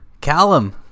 Callum